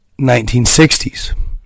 1960s